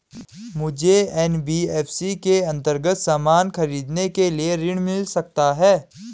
मुझे एन.बी.एफ.सी के अन्तर्गत सामान खरीदने के लिए ऋण मिल सकता है?